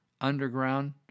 underground